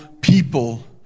people